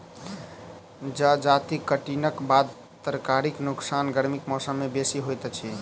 जजाति कटनीक बाद तरकारीक नोकसान गर्मीक मौसम मे बेसी होइत अछि